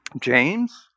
James